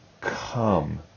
come